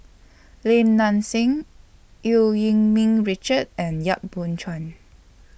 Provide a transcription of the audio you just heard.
Lim Nang Seng EU Yee Ming Richard and Yap Boon Chuan